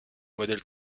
modèles